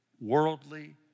worldly